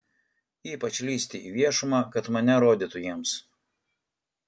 ypač lįsti į viešumą kad mane rodytų jiems